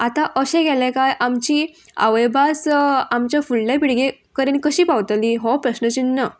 आतां अशें केलें काय आमची आवयभास आमच्या फुडल्या पिळगेकडेन कशी पावतली हो प्रस्न चिन्न